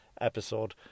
episode